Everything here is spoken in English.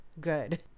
good